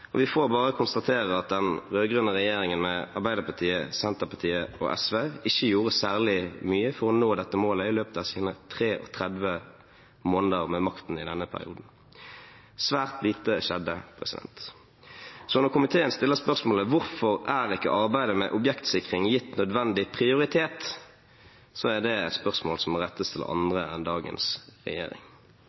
og vi får bare konstatere at den rød-grønne regjeringen, med Arbeiderpartiet, Senterpartiet og SV, ikke gjorde særlig mye for å nå dette målet i løpet av sine 33 måneder med makten i denne perioden. Svært lite skjedde. Så når komiteen stiller spørsmål om hvorfor ikke arbeidet med objektsikring er gitt nødvendig prioritet, er det et spørsmål som må rettes til andre enn dagens regjering.